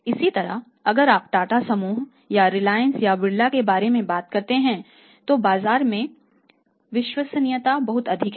इसी तरह अगर आप टाटा समूह या रिलायंस या बिड़ला के बारे में बात करते हैं तो बाजार में विश्वसनीयता बहुत अधिक है